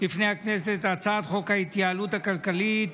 בפני הכנסת את הצעת חוק ההתייעלות הכלכלית,